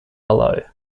below